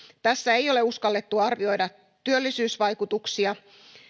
tässä ei ole uskallettu arvioida työllisyysvaikutuksia